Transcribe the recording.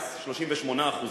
היה 38%,